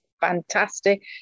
fantastic